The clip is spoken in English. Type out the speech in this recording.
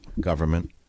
government